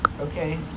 Okay